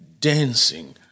dancing